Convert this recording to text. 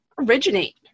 originate